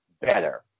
better